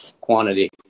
quantity